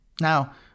Now